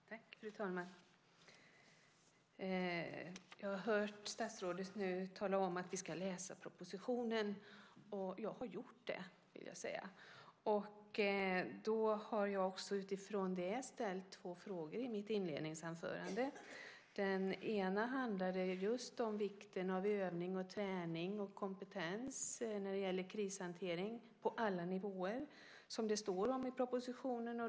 Fru talman! Jag har hört statsrådet tala om att vi ska läsa propositionen. Jag har gjort det, vill jag säga. Utifrån det har jag ställt två frågor i mitt inledningsanförande. Den ena handlade om vikten av övning, träning och kompetens när det gäller krishantering på alla nivåer, som det står om i propositionen.